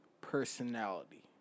personality